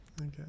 Okay